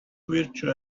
virtue